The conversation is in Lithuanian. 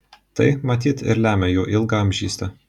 tai matyt ir lemia jų ilgaamžystę